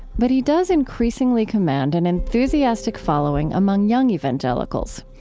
but he does increasingly command an enthusiastic following among young evangelicals.